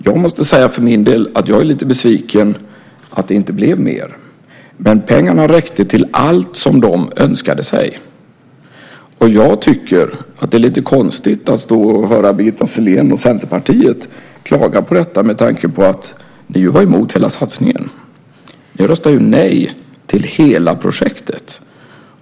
Jag måste för min del säga att jag är lite besviken att det inte blev mer. Men pengarna räckte till allt som de önskade sig. Jag tycker att det är lite konstigt att stå och höra Birgitta Sellén och Centerpartiet klaga på detta med tanke på att ni var emot hela satsningen. Ni röstade nej till hela projektet.